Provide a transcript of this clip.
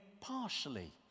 partially